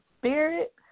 spirit